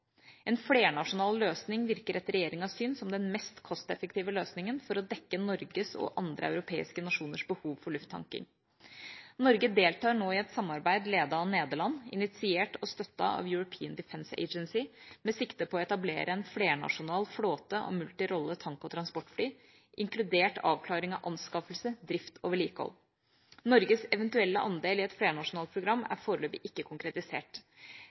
En flernasjonal løsning virker etter regjeringas syn som den mest kosteffektive løsninga for å dekke Norges og andre europeiske nasjoners behov for lufttanking. Norge deltar nå i et samarbeid ledet av Nederland, initiert og støttet av European Defence Agency, med sikte på å etablere en flernasjonal flåte av multirolle tank- og transportfly, inkludert avklaring av anskaffelse, drift og vedlikehold. Norges eventuelle andel i et flernasjonalt program er foreløpig ikke konkretisert.